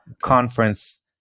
conference